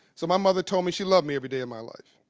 so my mother told me she loved me every day of my life.